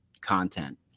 content